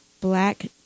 black